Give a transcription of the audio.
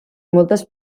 moltes